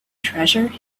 treasure